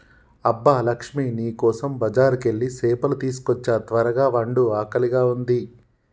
అబ్బ లక్ష్మీ నీ కోసం బజారుకెళ్ళి సేపలు తీసుకోచ్చా త్వరగ వండు ఆకలిగా ఉంది